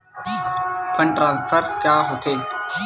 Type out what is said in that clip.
Fund transfer का होथे?